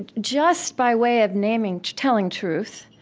and just by way of naming telling truth,